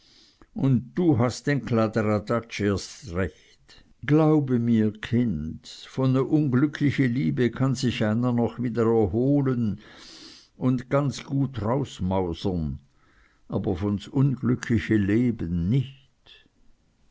hast du denn den kladderadatsch erst recht glaube mir kind von ne unglückliche liebe kann sich einer noch wieder erholen un ganz gut rausmausern aber von s unglückliche leben nich